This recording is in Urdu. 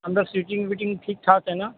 اندر سیٹنگ ویٹنگ ٹھیک ٹھاک ہے نا